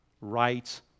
right